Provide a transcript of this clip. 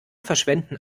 verschwenden